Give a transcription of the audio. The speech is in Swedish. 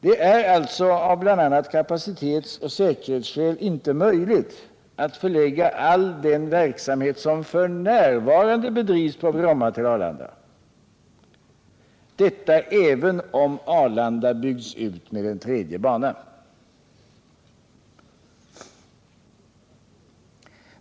Det är alltså av bl.a. kapacitetsoch säkerhetsskäl inte möjligt att förlägga all den verksamhet som f. n. bedrivs på Bromma till Arlanda — detta även om Arlanda byggs ut med en tredje bana.